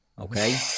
Okay